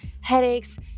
headaches